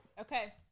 okay